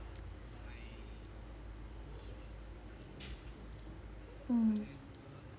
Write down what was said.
mm